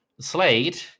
Slade